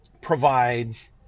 provides